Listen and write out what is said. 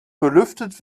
belüftet